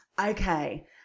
okay